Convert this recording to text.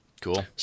Cool